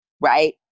right